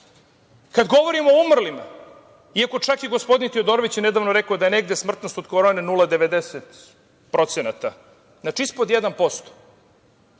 Kada govorimo o umrlima, iako je čak i gospodin Tiodorović nedavno rekao da je negde smrtnost od korone 0,90%. To je znači ispod 1%.Mi